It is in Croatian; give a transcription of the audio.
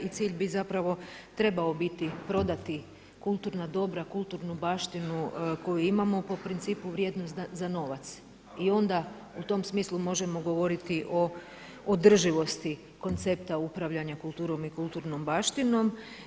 I cilj bi zapravo trebao biti prodati kulturna dobra, kulturnu baštinu koju imamo po principu vrijednost za novac i onda u tom smislu možemo govoriti o održivosti koncepta upravljanja kulturom i kulturnom baštinom.